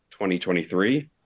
2023